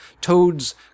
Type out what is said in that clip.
toads